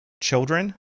children